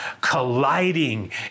colliding